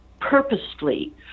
purposely